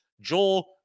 Joel